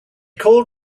called